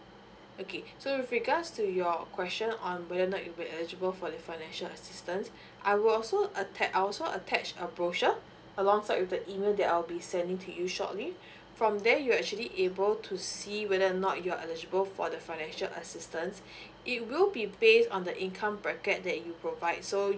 okay so with regards to your question on whether not you've be eligible for the financial assistance I will also attach I will also attached a brochure alongside with the email that I'll be sending to you shortly from there you actually able to see whether not you're elligible for the financial assistance it will be base on the income bracket that you provide so